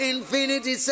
Infinity